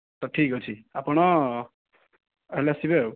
ତ ଠିକ୍ ଅଛି ଆପଣ ଆଇଲେ ଆସିବେ ଆଉ